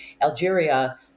Algeria